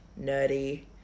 nerdy